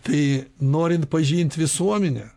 tai norint pažint visuomenę